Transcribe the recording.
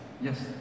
Yes